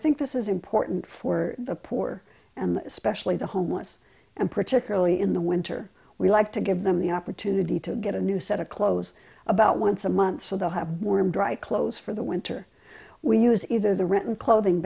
think this is important for the poor and especially the homeless and particularly in the winter we like to give them the opportunity to get a new set of clothes about once a month so the have warm dry clothes for the winter we use either the written clothing